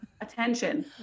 Attention